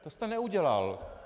To jste neudělal.